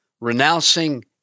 renouncing